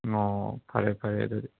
ꯑꯣ ꯐꯔꯦ ꯐꯔꯦ ꯑꯗꯨꯗꯤ